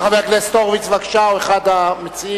חבר הכנסת הורוביץ, בבקשה, או אחד המציעים.